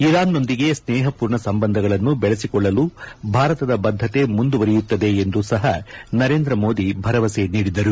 ಇರಾನ್ನೊಂದಿಗೆ ಸ್ನೇಹ ಪೂರ್ಣ ಸಂಬಂಧಗಳನ್ನು ಬೆಳೆಸಿಕೊಳ್ಳಲು ಭಾರತದ ಬದ್ದತೆ ಮುಂದುವರೆಯುತ್ತದೆ ಎಂದೂ ಸಹ ನರೇಂದ್ರ ಮೋದಿ ಭರವಸೆ ನೀಡಿದರು